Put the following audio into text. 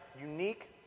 unique